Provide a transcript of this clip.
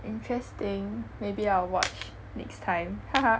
interesting maybe I'll watch next time